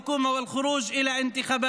במקום לאנוס, לשחרר.